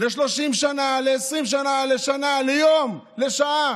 ל-30 שנה, ל-20 שנה, לשנה, ליום, לשעה,